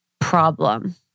problem